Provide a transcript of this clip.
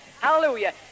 Hallelujah